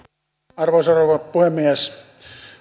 arvoisa rouva puhemies